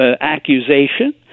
accusation